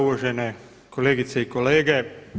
Uvažene kolegice i kolege.